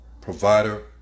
provider